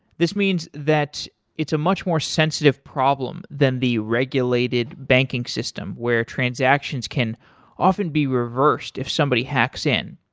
this means that it's a much more sensitive problem than the regulated banking system where transactions can often be reversed if somebody hacks in.